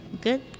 good